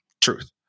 Truth